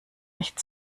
nicht